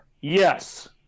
Yes